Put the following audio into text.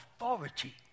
Authority